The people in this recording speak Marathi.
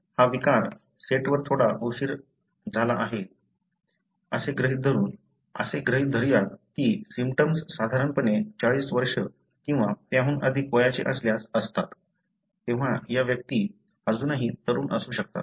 हा विकार सेटवर थोडा उशीर झाला आहे असे गृहीत धरून असे गृहीत धरूया की सिम्पटम्स साधारणपणे 40 वर्ष किंवा त्याहून अधिक वयाचे असल्यास असतात तेव्हा या व्यक्ती अजूनही तरुण असू शकतात